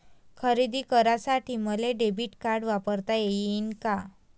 खरेदी करासाठी मले डेबिट कार्ड वापरता येईन का?